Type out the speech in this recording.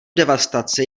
devastace